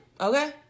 Okay